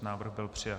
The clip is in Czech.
Návrh byl přijat.